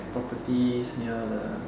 property near the